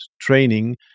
training